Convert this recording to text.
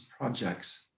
projects